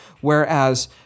Whereas